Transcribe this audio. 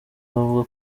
bavuga